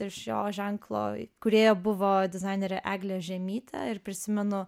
ir šio ženklo įkūrėja buvo dizainerė eglė žiemytė ir prisimenu